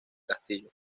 castillo